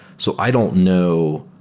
so i don't know